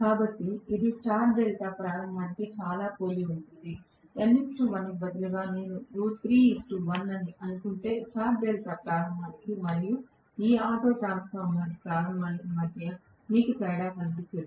కాబట్టి ఇది star delta ప్రారంభానికి చాలా పోలి ఉంటుంది n 1 కి బదులుగా నేను 3 1 అని అనుకుంటే స్టార్ డెల్టా ప్రారంభానికి మరియు ఈ ఆటో ట్రాన్స్ఫార్మర్ ప్రారంభానికి మధ్య మీకు తేడా కనిపించదు